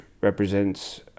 represents